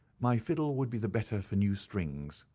my fiddle would be the better for new strings,